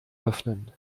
öffnen